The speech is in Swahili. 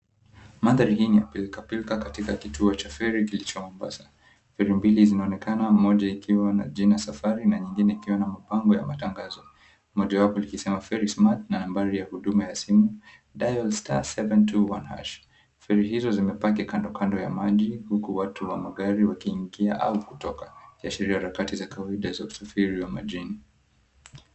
Mandhari hii ni ya pilkapilka katika kituo cha feri kilicho Mombasa. Feri mbili zinaonekana, moja ikiwa na jina, Safari na nyingine ikiwa na mapambo ya matangazo, mojawapo likisema, Ferry Smart na nambari ya huduma ya simu, Dial*721#. Feri hizo zimepaki kandokando ya maji huku watu wa magari wakiingia au kutoka, ikiashiria harakati za kawaida za usafiri wa majini.